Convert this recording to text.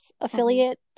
affiliate